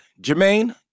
Jermaine